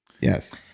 Yes